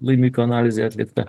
laimikių analizė atlikta